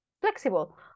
flexible